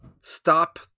stop